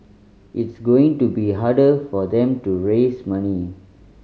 it's going to be harder for them to raise money